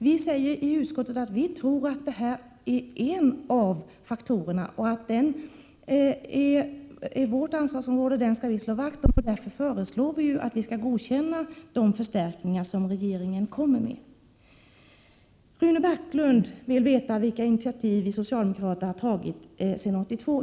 Vi i majoriteten tror att studiemedlen är en viktig faktor, och den ligger inom vårt ansvarsområde, och vi skall därför slå vakt om dem. Vi föreslår att de förstärkningar som regeringen anvisar skall godkännas. Rune Backlund vill veta vilka initiativ som vi socialdemokrater har tagit sedan 1982.